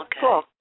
cool